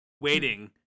waiting